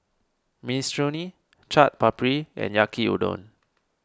Minestrone Chaat Papri and Yaki Udon